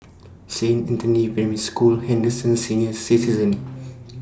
Saint Anthony's Primary School Henderson Senior Citizens'